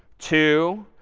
two,